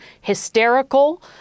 hysterical